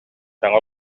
саҥа